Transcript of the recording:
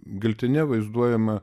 giltinė vaizduojama